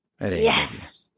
Yes